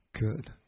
good